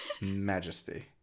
majesty